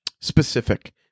specific